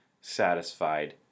satisfied